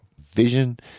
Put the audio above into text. vision